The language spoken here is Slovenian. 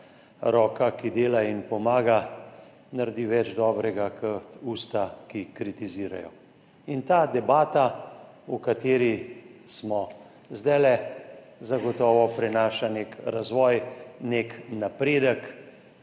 roka, ki dela in pomaga, naredi več dobrega kot usta, ki kritizirajo. Ta debata, v kateri smo zdaj, zagotovo prinaša nek razvoj, nek napredek,